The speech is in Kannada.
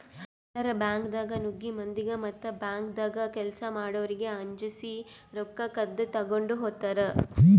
ಕಳ್ಳರ್ ಬ್ಯಾಂಕ್ದಾಗ್ ನುಗ್ಗಿ ಮಂದಿಗ್ ಮತ್ತ್ ಬ್ಯಾಂಕ್ದಾಗ್ ಕೆಲ್ಸ್ ಮಾಡೋರಿಗ್ ಅಂಜಸಿ ರೊಕ್ಕ ಕದ್ದ್ ತಗೊಂಡ್ ಹೋತರ್